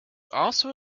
also